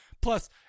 Plus